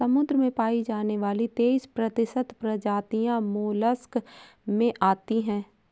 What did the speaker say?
समुद्र में पाई जाने वाली तेइस प्रतिशत प्रजातियां मोलस्क में आती है